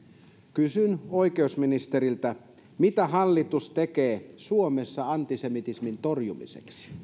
kysyn oikeusministeriltä mitä hallitus tekee suomessa antisemitismin torjumiseksi